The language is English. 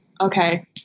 okay